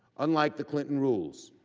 unlike the clinton rules,